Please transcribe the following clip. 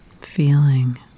feeling